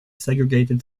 segregated